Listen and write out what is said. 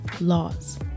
laws